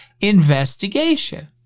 investigation